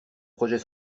projet